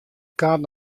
kaart